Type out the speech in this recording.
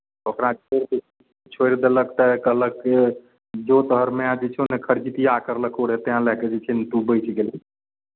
ओकरा छोड़ि देलक तऽ कहलक कि जो तोहर माए जे छौ ने खरजीतिया करलकौ रहए तेँ लऽ कऽ जे छै ने तू बचि गेलही